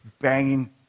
banging